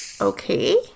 Okay